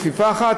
בכפיפה אחת,